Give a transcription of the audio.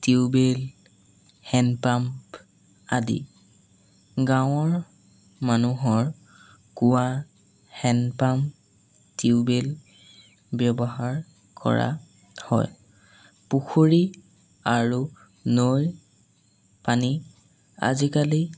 tubewell hand pump আদি গাঁৱৰ মানুহৰ কুঁৱা হেণ্ড পাম্প টিউবেল ব্যৱহাৰ কৰা হয় পুখুৰী আৰু নৈ পানী আজিকালি